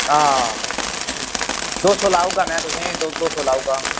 हां दो सौ लाई ओड़गा मैं तुसेंगी दो सौ लाई ओड़गा